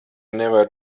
nevar